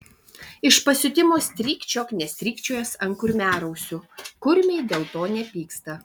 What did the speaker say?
iš pasiutimo strykčiok nestrykčiojęs ant kurmiarausių kurmiai dėl to nepyksta